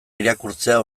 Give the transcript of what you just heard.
irakurtzea